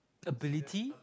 ability